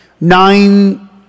Nine